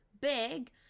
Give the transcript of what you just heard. big